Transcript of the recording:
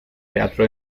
teatro